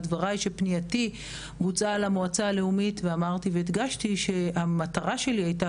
דבריי שפנייתי בוצעה למועצה הלאומית והדגשתי שהמטרה שלי הייתה